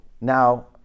now